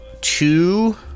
two